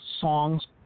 songs